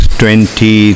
twenty